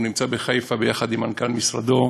הוא נמצא בחיפה ביחד עם מנכ"ל משרדו,